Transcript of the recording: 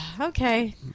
Okay